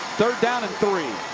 third down and three.